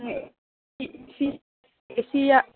ꯍꯣꯏ ꯑꯦ ꯁꯤ